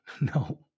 no